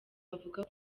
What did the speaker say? avuga